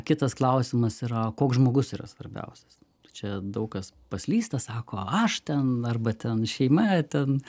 kitas klausimas yra koks žmogus yra svarbiausias čia daug kas paslysta sako aš ten arba ten šeima ten